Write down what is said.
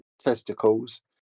testicles